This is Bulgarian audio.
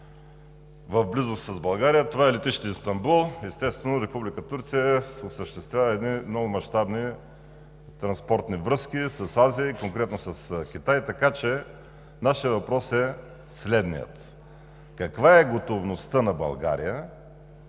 в близост с България е летище Истанбул. Естествено, Република Турция осъществява много мащабни транспортни връзки с Азия и конкретно с Китай. Нашият въпрос е следният: каква е готовността на България